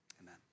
amen